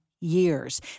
years